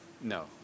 No